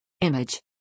Image